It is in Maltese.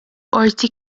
qorti